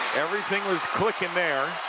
everything was clicking there.